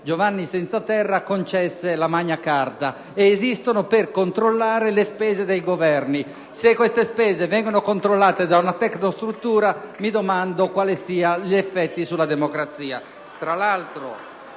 Giovanni Senza Terra concesse la *Magna Charta* ed esistono per controllare le spese dei Governi. Se queste spese vengono controllare da una tecnostruttura mi domando quali siano gli effetti sulla democrazia.